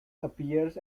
appears